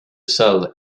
cell